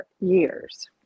years